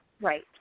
Right